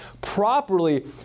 properly